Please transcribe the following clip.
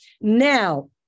Now